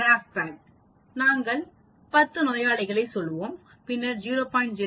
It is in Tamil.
கிராப் பேட் நாங்கள் 10 நோயாளிகளைச் சொல்வோம் பின்னர் 0